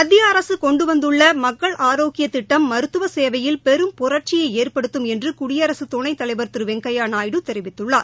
மத்திய அரசு கொண்டு வந்துள்ள மக்கள் ஆரோக்கிய திட்டம் மருத்துவ சேவையில் பெரும் புரட்சியை ஏற்படுத்தும் என்று குடியரசு துணைத்தலைவர் திரு வெங்கையா நாயுடு தெரிவித்துள்ளார்